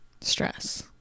stress